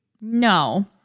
No